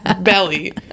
belly